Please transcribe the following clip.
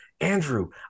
Andrew